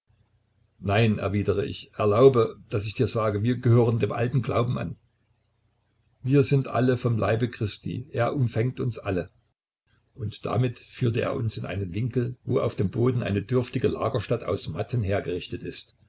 nein erwidere ich erlaube daß ich dir sage wir gehören dem alten glauben an wir sind alle vom leibe christi er umfängt uns alle und damit führt er uns in einen winkel wo auf dem boden eine dürftige lagerstatt aus matten hergerichtet ist